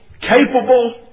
capable